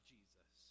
Jesus